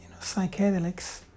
psychedelics